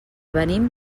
venim